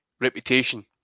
reputation